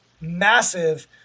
massive